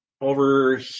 over